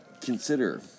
Consider